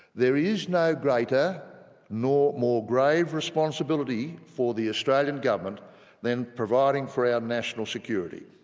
there is no greater nor more grave responsibility for the australian government than providing for our national security.